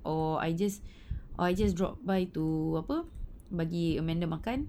or I just or I just drop by to apa bagi amanda makan